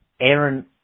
Aaron